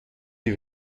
die